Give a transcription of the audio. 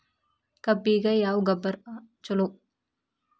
ಕಬ್ಬಿಗ ಯಾವ ಗೊಬ್ಬರ ಛಲೋ?